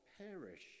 perish